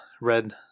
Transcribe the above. red